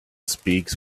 speaks